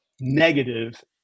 negative